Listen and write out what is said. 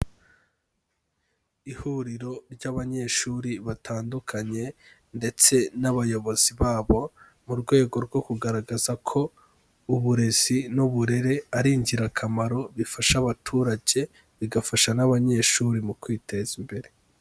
Ihuriro ry'abanyeshuri batandukanye ndetse n'abayobozi babo mu rwego rwo kugaragaza ko uburezi n'uburere ari ingirakamaro bifasha abaturage bigafasha n'abanyeshuri mu kwiteza imbere.